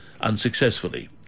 unsuccessfully